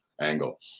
angle